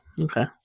Okay